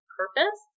purpose